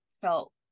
felt